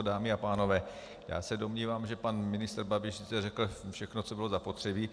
Dámy a pánové, já se domnívám, že pan ministr Babiš řekl všechno, co bylo zapotřebí.